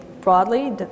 broadly